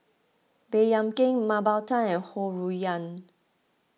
Baey Yam Keng Mah Bow Tan and Ho Rui An